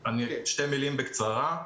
בקצרה.